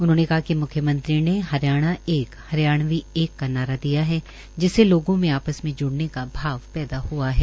उन्होंने कहा कि म्ख्यमंत्री ने हरियाणा एक हरियाणवी एक का नारा दिया है जिससे लोगों में आपस में ज्ड़ने का भाव पैदा हआ है